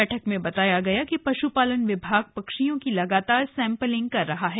बैठक में बताया कि पश्पालन विभाग पक्षियों की लगातार सैंपलिंग कर रहा है